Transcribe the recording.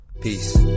Peace